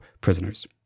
prisoners